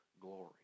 glory